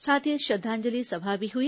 साथ ही श्रद्वांजलि सभा भी हुई